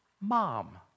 mom